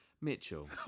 Mitchell